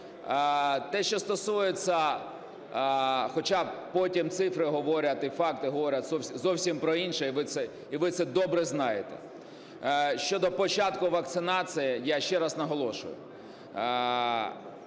Те, що стосується… Хоча потім цифри говорять і факти говорять зовсім про інше, і ви це добре знаєте. Щодо початку вакцинації, я ще раз наголошую: